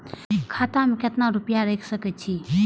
खाता में केतना रूपया रैख सके छी?